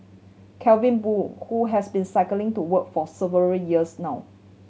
Calvin Boo who has been cycling to work for several years now